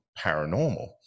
paranormal